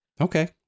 Okay